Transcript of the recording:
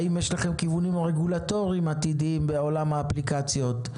האם יש לכם כיוונים רגולטוריים עתידיים בעולם האפליקציות?